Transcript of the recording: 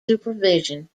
supervision